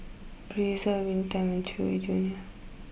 Breezer Winter time and Chewy Junior